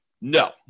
No